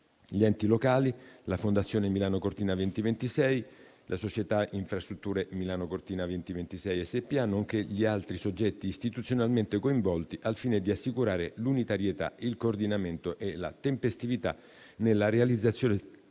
gli enti locali, la Fondazione Milano-Cortina 2026, la società Infrastrutture Milano-Cortina 2026 SpA, (Simico SpA), nonché gli altri soggetti istituzionalmente coinvolti, al fine di assicurare l'unitarietà, il coordinamento e la tempestività nella realizzazione